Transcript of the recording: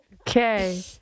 Okay